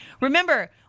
Remember